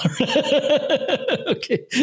Okay